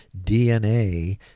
DNA